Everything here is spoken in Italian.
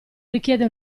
richiede